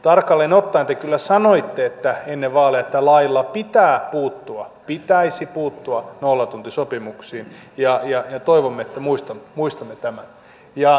tarkalleen ottaen te kyllä sanoitte ennen vaaleja että lailla pitäisi puuttua nollatuntisopimuksiin ja toivomme että muistatte tämän